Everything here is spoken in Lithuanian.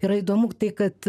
yra įdomu tai kad